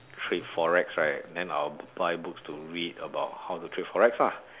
trade forex right then I will buy books to read about how to trade forex lah